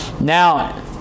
Now